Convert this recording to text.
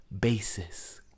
basis